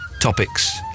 topics